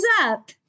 up